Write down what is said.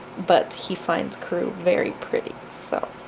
but he finds karou very pretty so